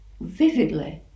vividly